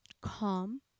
calm